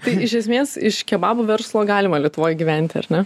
tai iš esmės iš kebabų verslo galima lietuvoj gyventi ar ne